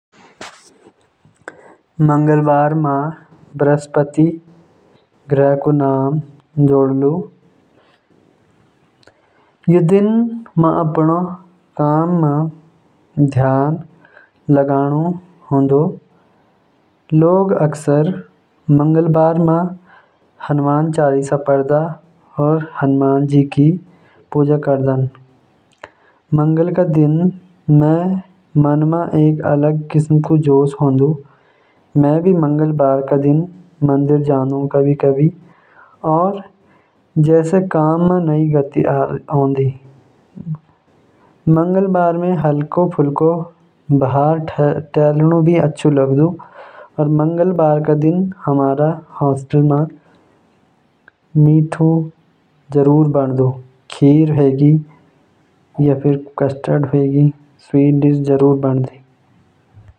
मंगलवार म बृहस्पति ग्रह क नाम जुड़ोलु। यो दिन म अपणा काम म और ध्यान लगणा होलु। लोग अक्सर मंगलवार म हनुमान जी क पूजा भी करदु। मंगळ क दिन म मन म एक अलग किसम क जोश होलु, जैसे काम म नई गति आगी। मंगळवार म हल्को-फुल्को बाहर टहलण भी अच्छा लागदु।